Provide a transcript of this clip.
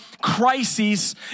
crises